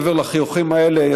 מעבר לחיוכים האלה,